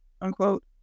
unquote